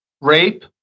rape